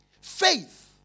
Faith